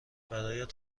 برایت